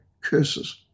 curses